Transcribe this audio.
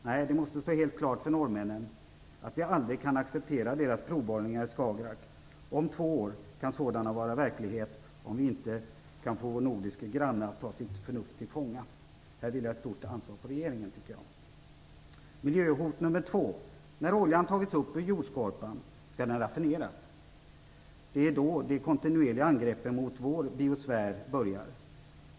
Nej, det måste stå helt klart för norrmännen att vi aldrig kan acceptera deras provborrningar i Skagerrak. Om två år kan sådana vara verklighet, om vi inte kan få vår nordiska granne att ta sitt förnuft till fånga. Här vilar ett stort ansvar på regeringen, tycker jag. Miljöhot nr 2: När oljan tagits upp ur jordskorpan skall den raffineras. Det är då de kontinuerliga angreppen mot vår biosfär börjar.